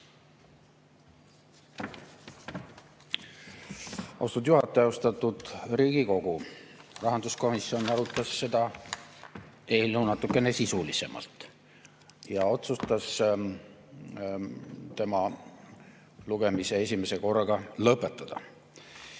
Austatud juhataja! Austatud Riigikogu! Rahanduskomisjon arutas seda eelnõu natukene sisulisemalt ja otsustas selle lugemise esimese korraga lõpetada,